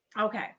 Okay